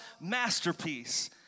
masterpiece